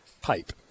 pipe